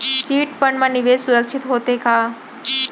Chit fund मा निवेश सुरक्षित होथे का?